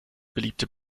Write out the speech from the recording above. beliebte